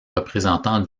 représentant